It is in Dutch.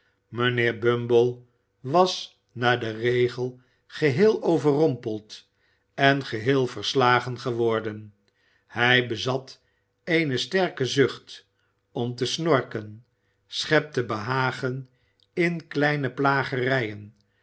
mijnheer bumble was naar den regel geheel overrompeld en geheel verslagen geworden hij bezat eene sterke zucht om te snorken schepte behagen in kleine plagerijen en